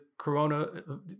Corona